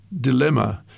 dilemma